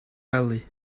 wely